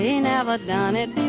it? he never done it